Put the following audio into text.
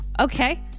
Okay